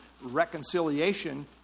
reconciliation